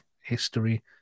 history